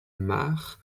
marre